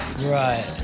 Right